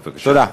תודה.